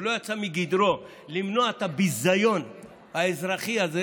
ולא יצא מגדרו למנוע את הביזיון האזרחי הזה